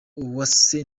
uwase